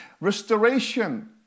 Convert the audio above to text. restoration